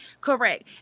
Correct